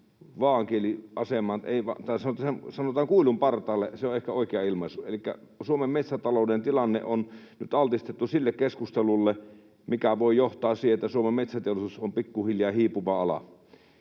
on viety näin kuilun partaalle, elikkä Suomen metsätalouden tilanne on nyt altistettu sille keskustelulle, mikä voi johtaa siihen, että Suomen metsäteollisuus on pikkuhiljaa hiipuva ala.